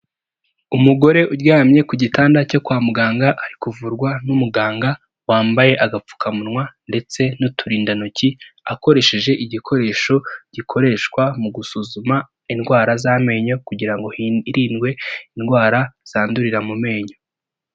Umugore uryamye ku gitanda cyo kwa muganga ari kuvurwa n'umuganga wambaye agapfukamunwa ndetse n'uturindantoki akoresheje igikoresho gikoreshwa mu gusuzuma indwara z'amenyo kugira ngo hirindwe indwara zandurira mu menyo.